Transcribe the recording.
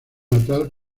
natal